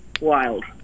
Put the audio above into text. Wild